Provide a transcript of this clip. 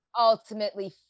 ultimately